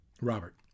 Robert